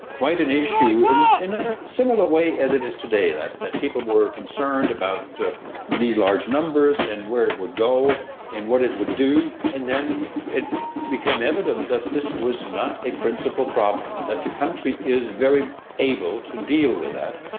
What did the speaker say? quite an issue in in a similar way as it is today, that that people were concerned about these large numbers and where it would go and what it would do. and then it became evident that this was not a principal problem, that the country is very able to deal with that.